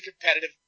competitive